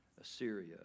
Assyria